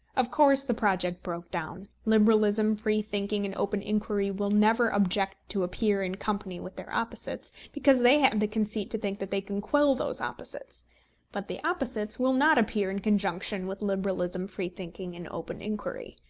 of course the project broke down. liberalism, free-thinking, and open inquiry will never object to appear in company with their opposites, because they have the conceit to think that they can quell those opposites but the opposites will not appear in conjunction with liberalism, free-thinking, and open inquiry.